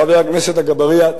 חבר הכנסת אגבאריה,